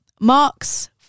marks